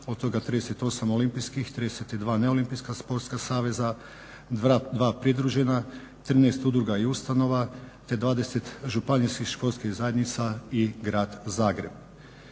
od toga 38 olimpijskih, 32 neolimpijska sportska saveza, 2 pridružena, 13 udruga i ustanova te 20 županijskih sportskih zajednica i Grad Zagreb.